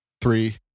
Three